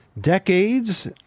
decades